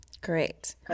Great